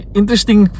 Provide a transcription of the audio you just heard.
interesting